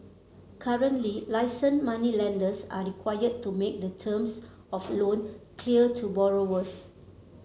currently licensed moneylenders are required to make the terms of loan clear to borrowers